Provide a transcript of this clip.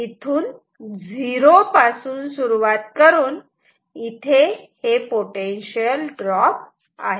म्हणून इथून झिरो पासून सुरुवात करून इथे हे पोटेन्शिअल ड्रॉप आहे